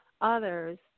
others